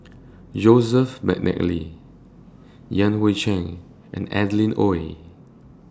Joseph Mcnally Yan Hui Chang and Adeline Ooi